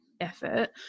effort